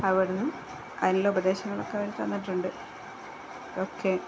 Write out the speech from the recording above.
അവിടുന്ന് അതിനുള്ള ഉപദേശങ്ങളൊക്കെ അവര് തന്നിട്ടുണ്ട് ഓക്കെ